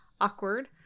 awkward